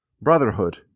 brotherhood